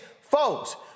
folks